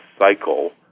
cycle